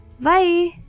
Bye